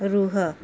ରୁହ